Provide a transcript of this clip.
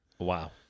Wow